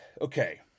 Okay